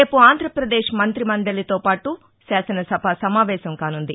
రేపు ఆంధ్రప్రదేశ్ మంతి మండలితో పాటు శాసనసభ సమావేశం కానుంది